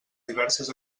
diverses